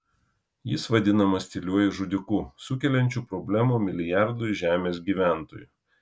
jis vadinamas tyliuoju žudiku sukeliančiu problemų milijardui žemės gyventojų